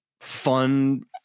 fun